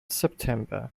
september